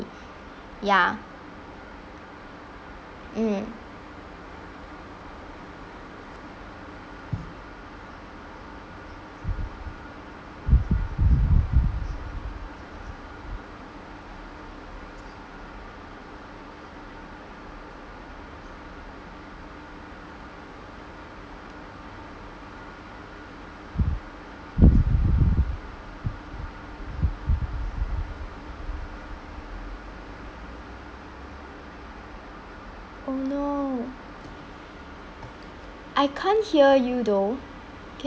ya mm oh no I can't hear you though